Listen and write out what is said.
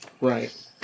Right